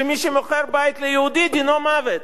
שמי שמוכר בית ליהודי דינו מוות.